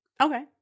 Okay